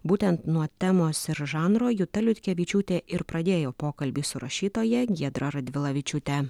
būtent nuo temos ir žanro juta liutkevičiūtė ir pradėjo pokalbį su rašytoja giedra radvilavičiūte